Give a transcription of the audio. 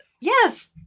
Yes